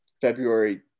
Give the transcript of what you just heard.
February